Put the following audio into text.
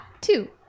two